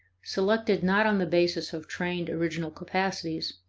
selected not on the basis of trained original capacities,